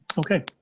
okay,